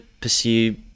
pursue